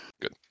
Good